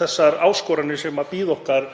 þær áskoranir sem bíða okkar